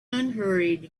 unhurried